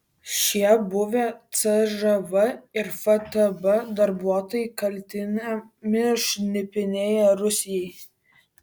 šie buvę cžv ir ftb darbuotojai kaltinami šnipinėję rusijai